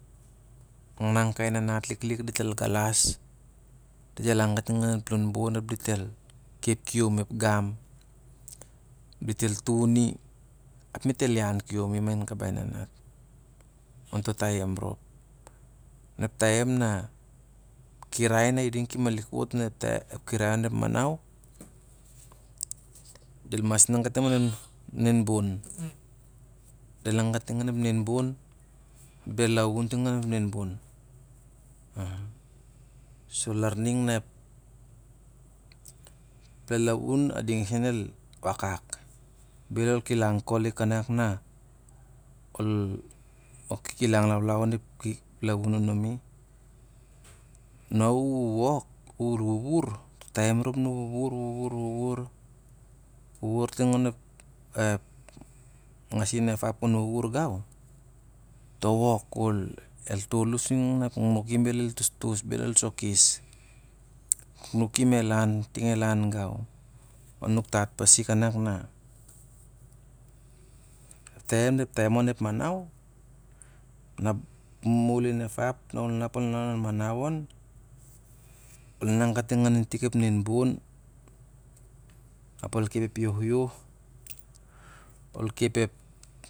Al nangnang kai nanat liklik dit el galas dit el an kating anen ep nen bun ap dit el kep kium ep gam, dit el tuni, met el ian kium i ma- in kabai nanat onto taim rop. Taim na, ep kirai na i ding ki malik weet, ep kirai o taim kon manace. Del an kating onep non bun delaen ting onen ep nea been, sur lar ning na ep lalaun ading sen el wakak, bel ol kilang oli kanak ol kikilang laulau on ep lalaun aniami. Na u wok, u weeweer, to taim rop na u wuwur. Wuwur, wu- ur ting onep ngeasia ep ao kon, u uwur gau to wok kol el tol u sa kana ep nuknuk iau bel el tostos, bel el sokes ep nakaukim el an ting el an gace ol nak tat pasi kanak na ep taim, ep taim onep manace ep moaid in ep, ap na u nga ol lan inan kating daitik ep nea been ap ol kep ep yuhyuh ol kep ep.